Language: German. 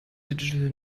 digital